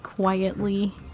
Quietly